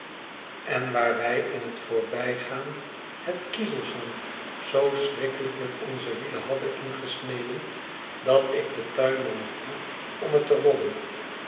en waar wij in het voorbijgaan het kiezelzand zoo schrikkelijk met onze wielen hadden ingesneden dat ik den tuinman vroeg om het te rollen